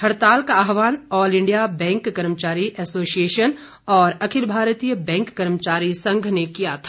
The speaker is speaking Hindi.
हड़ताल का आहवान ऑल इंडिया बैंक कर्मचारी एसोसिएशन और अखिल भारतीय बैंक कर्मचारी संघ ने किया था